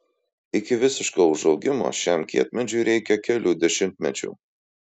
iki visiško užaugimo šiam kietmedžiui reikia kelių dešimtmečių